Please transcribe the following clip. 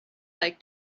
like